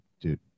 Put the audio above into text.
dude